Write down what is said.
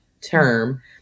term